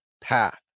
path